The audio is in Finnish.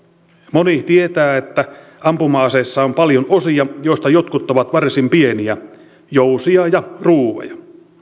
moni tietää että ampuma aseissa on paljon osia joista jotkut ovat varsin pieniä jousia ja ruuveja